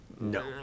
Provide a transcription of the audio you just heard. No